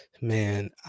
Man